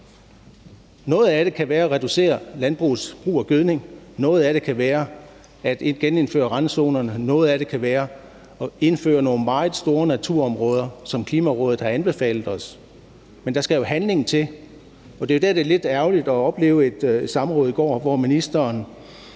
Noget af det kan være at reducere landbrugets brug af gødning, noget af det kan være at genindføre randzonerne, noget af det kan være at indføre nogle meget store naturområder, som Klimarådet har anbefalet os, men der skal handling til. Det er jo der, det er lidt ærgerligt at opleve et samråd i går, hvor ministeren